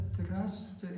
trust